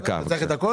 טוב, דקה אחת לרשותך.